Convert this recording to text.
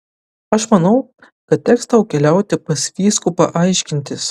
aš manau kad teks tau keliauti pas vyskupą aiškintis